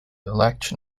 election